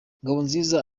ngabonziza